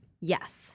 Yes